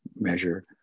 measure